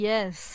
Yes